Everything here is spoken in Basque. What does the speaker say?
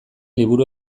liburu